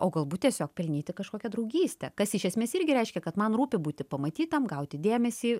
o galbūt tiesiog pelnyti kažkokią draugystę kas iš esmės irgi reiškia kad man rūpi būti pamatytam gauti dėmesį